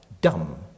dumb